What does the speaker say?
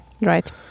right